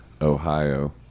ohio